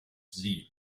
sie